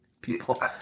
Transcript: people